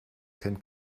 kennt